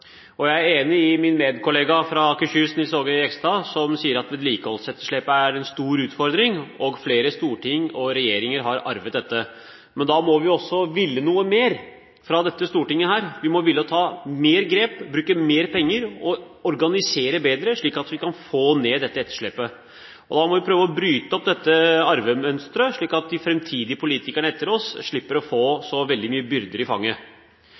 vår. Jeg er enig med min kollega fra Akershus, Nils Aage Jegstad, som sier at vedlikeholdsetterslepet er en stor utfordring, og at flere storting og flere regjeringer har arvet dette. Men da må vi, dette stortinget, ville noe mer. Vi må ville ta mer grep, bruke mer penger og organisere bedre, slik at vi kan få ned dette etterslepet. Da må vi prøve å bryte opp dette arvemønsteret, slik at framtidige politikere slipper å få veldig store byrder i fanget.